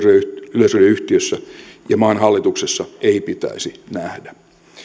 yleisradioyhtiössä ja maan hallituksessa ei pitäisi nähdä